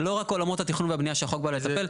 זה לא רק עולמות התכנון והבנייה שהחוק בא לטפל,